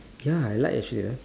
ya I like actually uh